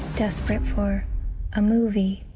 desperate for a movie.